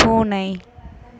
பூனை